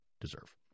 deserve